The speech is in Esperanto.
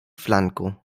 flanko